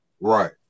right